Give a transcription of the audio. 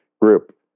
group